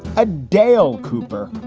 a dale cooper,